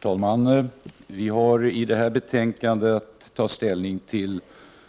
Herr talman! Vi har nu att ta ställning till det betänkande där